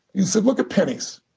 you know look at pennies.